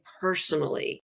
personally